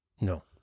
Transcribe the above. No